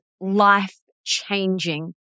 life-changing